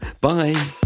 Bye